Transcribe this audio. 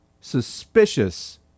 suspicious